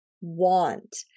want